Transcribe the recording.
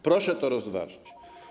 Proszę to rozważyć.